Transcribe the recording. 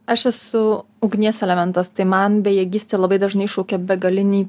aš esu ugnies elementas tai man bejėgystė labai dažnai šaukia begalinį